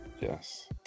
Yes